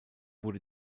wurde